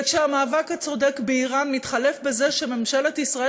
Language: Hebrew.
וכשהמאבק הצודק באיראן מתחלף בזה שממשלת ישראל